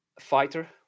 fighter